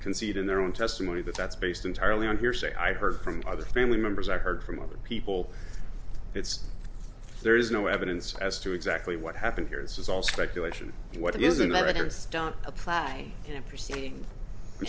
can see it in their own testimony that's based entirely on hearsay i heard from other family members or heard from other people it's there is no evidence as to exactly what happened here it's all speculation and what isn't evidence don't apply i